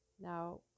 now